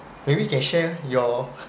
maybe you can share your